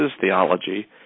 theology